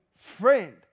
friend